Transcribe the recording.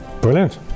Brilliant